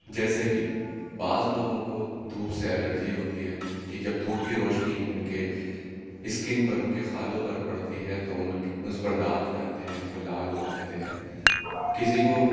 جیسے کہ بعض لوگوں کو دھوپ سے الرجی ہوتی ہے کہ جب دھوپ کی روشنی ان کے اسکن پر ان کے کھالوں پر پڑتی ہے تو اس پر داغ ہو جاتے ہیں وہ لال ہو جاتے ہیں کسی کو